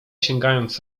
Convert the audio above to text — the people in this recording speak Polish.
sięgając